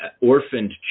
orphaned